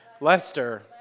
Lester